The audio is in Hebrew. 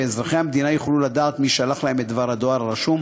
ואזרחי המדינה יוכלו לדעת מי שלח להם את דבר הדואר הרשום